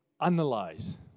analyze